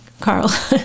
carl